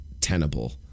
tenable